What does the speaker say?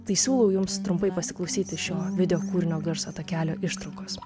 tai siūlau jums trumpai pasiklausyti šio video kūrinio garso takelio ištraukos